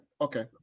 Okay